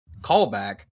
callback